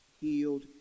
healed